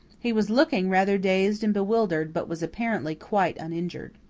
he was looking rather dazed and bewildered, but was apparently quite uninjured.